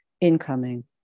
incoming